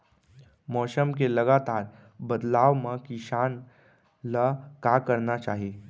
मौसम के लगातार बदलाव मा किसान ला का करना चाही?